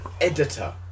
editor